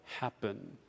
happen